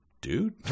dude